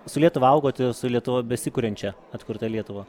su lietuva augot su lietuva besikuriančia atkurta lietuva